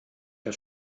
der